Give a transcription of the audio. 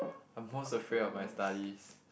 I'm most afraid of my studies